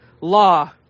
law